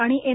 आणि एन